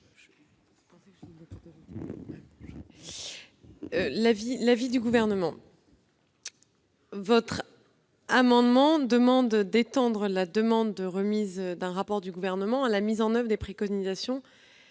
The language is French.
l'avis du Gouvernement ? Cet amendement vise à étendre la demande de remise d'un rapport du Gouvernement à la mise en oeuvre des préconisations